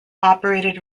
operated